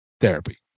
therapy